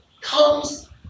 comes